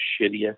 shittiest